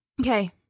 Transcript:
Okay